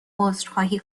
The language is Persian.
عذرخواهی